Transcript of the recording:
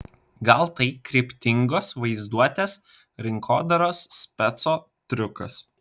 gal tai kryptingos vaizduotės rinkodaros speco triukas